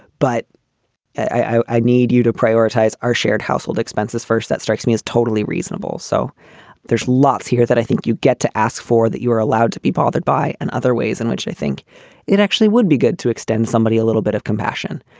but i i need you to prioritize our shared household expenses first. that strikes me as totally reasonable. so there's lots here that i think you get to ask for that you are allowed to be bothered by and other ways in which i think it actually would be good to extend somebody a little bit of compassion.